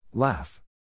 Laugh